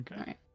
Okay